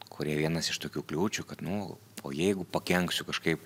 kurie vienas iš tokių kliūčių kad nu o jeigu pakenksiu kažkaip